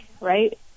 Right